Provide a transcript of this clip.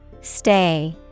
Stay